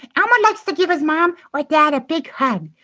um next to give his mom like that a big hug?